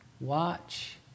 watch